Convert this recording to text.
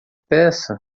peça